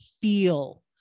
feel